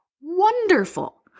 Wonderful